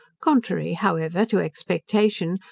contrary, however, to expectation,